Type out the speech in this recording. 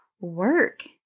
work